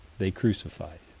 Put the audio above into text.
they crucified.